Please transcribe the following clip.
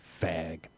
Fag